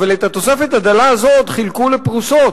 אבל את התוספת הדלה הזאת חילקו לפרוסות,